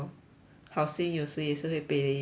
好心有时也是会被雷劈 ah